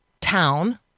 town